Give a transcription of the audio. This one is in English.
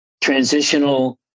transitional